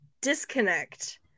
disconnect